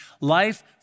life